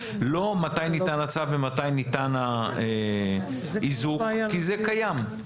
לא מתי ניתן הצו ומתי ניתן האיזוק כי זה קיים,